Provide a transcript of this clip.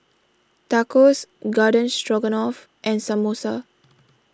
Tacos Garden Stroganoff and Samosa